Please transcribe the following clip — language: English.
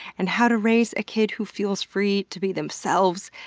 and how to raise a kid who feels free to be themselves,